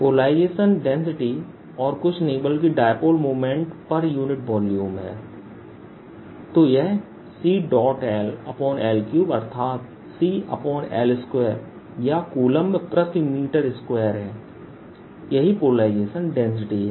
polarisation density और कुछ नहीं बल्कि dipole moment per unit volume है तो यह CLL3 अर्थात CL2या कूलंब प्रति मीटर स्क्वेयर है यही पोलराइजेशन डेंसिटी है